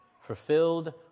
fulfilled